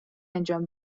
انجام